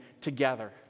together